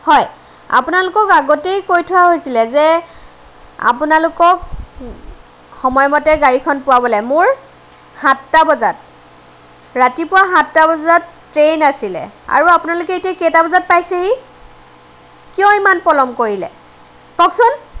হয় আপোনালোকক আগতেই কৈ থোৱা হৈছিলে যে আপোনালোকক সময়মতে গাড়ীখন পোৱাবলে মোৰ সাতটা বজাত ৰাতিপুৱা সাতটা বজাত ট্ৰেইন আছিলে আৰু আপোনালোকে এতিয়া কেইটা বজাত পাইছেহি কিয় ইমান পলম কৰিলে কওঁকচোন